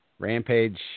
Rampage